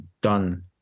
done